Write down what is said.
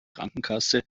krankenkasse